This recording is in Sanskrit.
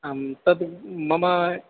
आं तद् मम